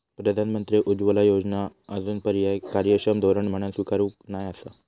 प्रधानमंत्री उज्ज्वला योजना आजूनपर्यात कार्यक्षम धोरण म्हणान स्वीकारूक नाय आसा